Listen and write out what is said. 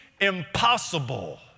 impossible